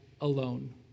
alone